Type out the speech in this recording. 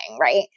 right